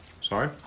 Sorry